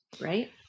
Right